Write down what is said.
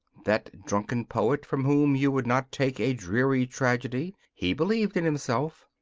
that drunken poet from whom you would not take a dreary tragedy, he believed in himself.